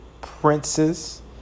princes